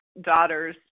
daughter's